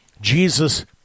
Jesus